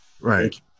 right